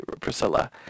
Priscilla